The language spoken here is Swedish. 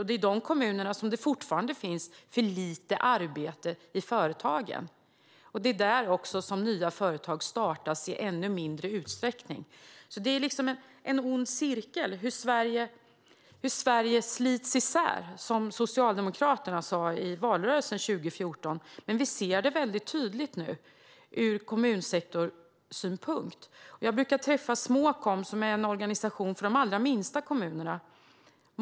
Det är i de kommunerna som det fortfarande finns för lite arbete i företagen. Det är också där som nya företag startas i mindre utsträckning. Det är liksom en ond cirkel hur Sverige slits isär, som Socialdemokraterna sa i valrörelsen 2014. Vi ser det väldigt tydligt nu ur kommunsektorsynpunkt. Jag brukar träffa Småkom, som är en organisation för de allra minsta kommunerna.